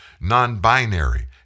non-binary